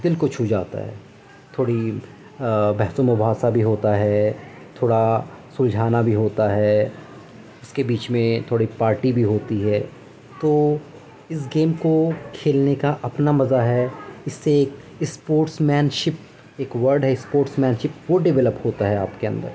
دل کو چھو جاتا ہے تھوڑی بحث و مباحثہ بھی ہوتا ہے تھوڑا سلجھانا بھی ہوتا ہے اس کے بیچ میں تھوڑی پارٹی بھی ہوتی ہے تو اس گیم کو کھیلنے کا اپنا مزا ہے اس سے اسپورٹ مین شپ ایک ورڈ ہے اسپورٹ مین شپ وہ ڈیولپ ہوتا ہے آپ کے اندر